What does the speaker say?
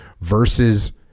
versus